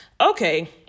Okay